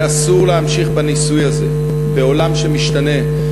שאסור להמשיך בניסוי הזה בעולם שמשתנה,